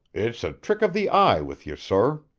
it's a trick of the eye with you, sor.